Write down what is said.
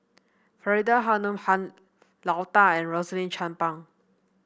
Faridah Hanum Han Lao Da and Rosaline Chan Pang